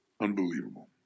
Unbelievable